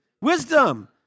Wisdom